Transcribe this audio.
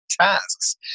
tasks